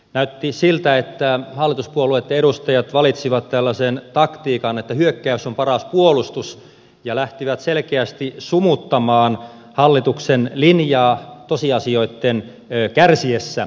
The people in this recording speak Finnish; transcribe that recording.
näytti siltä että hallituspuolueitten edustajat valitsivat tällaisen taktiikan että hyökkäys on paras puolustus ja lähtivät selkeästi sumuttamaan hallituksen linjaa tosiasioitten kärsiessä